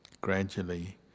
Gradually